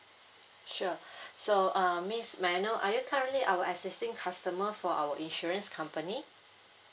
sure so uh miss may I know are you currently our existing customer for our insurance company